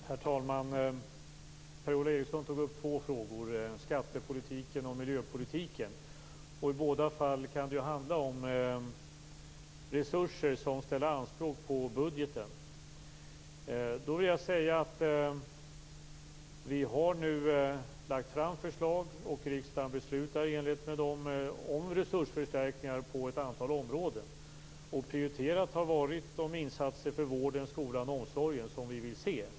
Herr talman! Per-Ola Eriksson tog upp två frågor, skattepolitiken och miljöpolitiken. I båda fallen kan det handla om resurser som ställer anspråk på budgeten. Regeringen har nu lagt fram förslag, och riksdagen beslutar i enlighet med dem om resursförstärkningar på ett antal områden. Prioriterat har varit de insatser för vården, skolan och omsorgen som vi vill se.